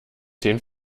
den